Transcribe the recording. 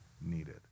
needed